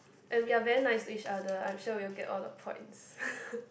and we are very nice to each other I'm sure we will get all the points